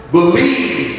believe